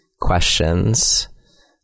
questions